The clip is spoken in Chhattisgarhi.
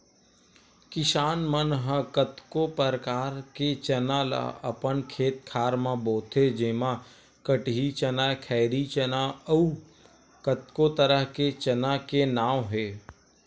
किसान मन ह कतको परकार के चना ल अपन खेत खार म बोथे जेमा कटही चना, खैरी चना अउ कतको तरह के चना के नांव हे